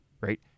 right